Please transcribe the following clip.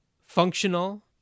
functional